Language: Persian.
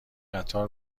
قطار